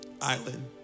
island